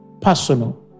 personal